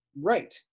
right